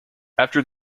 after